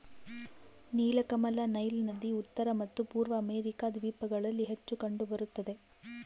ನೀಲಕಮಲ ನೈಲ್ ನದಿ ಉತ್ತರ ಮತ್ತು ಪೂರ್ವ ಅಮೆರಿಕಾ ದ್ವೀಪಗಳಲ್ಲಿ ಹೆಚ್ಚು ಕಂಡು ಬರುತ್ತದೆ